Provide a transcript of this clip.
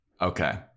okay